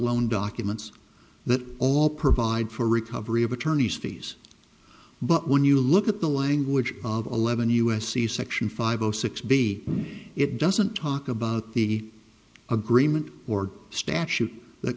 loan documents that all provide for recovery of attorneys fees but when you look at the language of eleven u s c section five zero six b it doesn't talk about the agreement or statute that